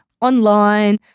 online